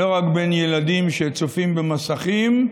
לא רק בין ילדים שצופים במסכים,